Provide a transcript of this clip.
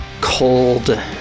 cold